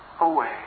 away